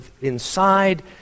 inside